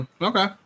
Okay